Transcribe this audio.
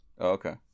Okay